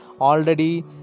already